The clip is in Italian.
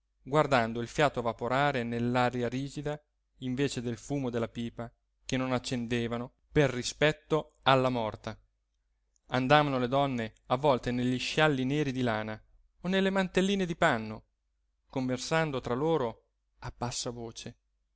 guardando il fiato vaporare nell'aria rigida invece del fumo della pipa che non accendevano per rispetto alla morta andavano le donne avvolte negli scialli neri di lana o nelle mantelline di panno conversando tra loro a bassa voce